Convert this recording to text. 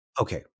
Okay